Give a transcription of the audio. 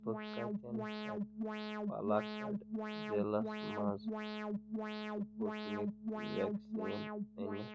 بہٕ کَتٮ۪ن ہیٚکہٕ پالاکڑ ضلعس مَنٛز سُپوٹ نِک ویکسیٖن أنِتھ